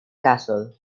castle